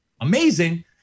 amazing